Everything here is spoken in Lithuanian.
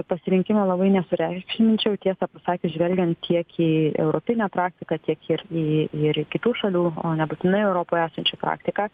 pasirinkimo labai nesureikšminčiau tiesą pasakius žvelgiant tiek į europinę praktiką tiek ir į ir į kitų šalių o nebūtinai europoje esančią praktiką